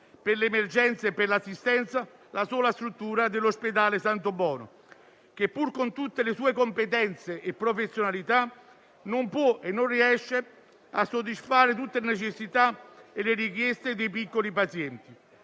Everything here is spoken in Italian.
per le emergenze e per l'assistenza, la sola struttura dell'ospedale "Santobono-Pausilipon", che, pur con tutte le sue competenze e professionalità, non può e non riesce a soddisfare tutte le necessità e le richieste dei piccoli pazienti,